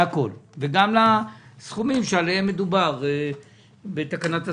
וגם לגבי הסכומים שעליהם מדובר בתקנת השכר.